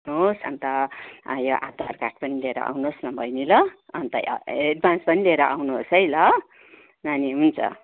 आउनु होस् अन्त यो आधार कार्ड पनि लिएर आउनु होस् न बहिनी ल अन्त एडभान्स पनि लिएर आउनु होस् है ल नानी हुन्छ